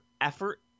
effort